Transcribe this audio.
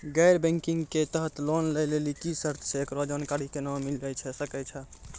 गैर बैंकिंग के तहत लोन लए लेली की सर्त छै, एकरो जानकारी केना मिले सकय छै?